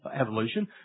evolution